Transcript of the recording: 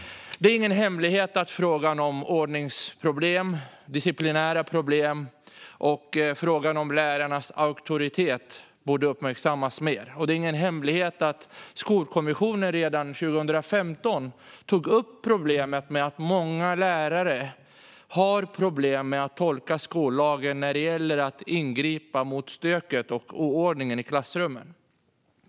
Det är ingen hemlighet att frågorna om ordningsproblem, disciplinära problem och lärarnas auktoritet borde uppmärksammas mer. Och det är ingen hemlighet att Skolkommissionen redan 2015 tog upp problemet med att många lärare har problem med att tolka skollagen när det gäller att ingripa mot stöket och oordningen i klassrummen.